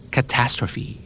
Catastrophe